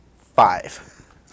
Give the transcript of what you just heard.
five